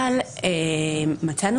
אנחנו מצאנו